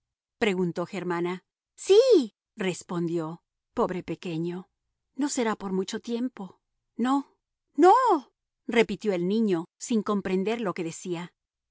preguntó germana sí respondió pobre pequeño no será por mucho tiempo no no repitió el niño sin comprender lo que decía